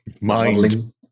Mind